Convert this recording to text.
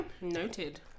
Noted